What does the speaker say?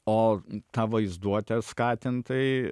o tą vaizduotę skatint tai